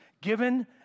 given